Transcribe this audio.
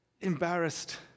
embarrassed